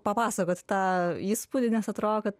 papasakot tą įspūdį nes atrodo kad